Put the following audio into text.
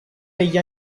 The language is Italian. degli